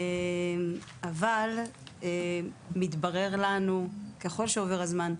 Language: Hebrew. אבל מתברר לנו ככל שעובר הזמן,